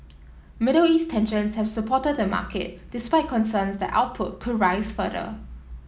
Middle East tensions have supported the market despite concerns that output could rise further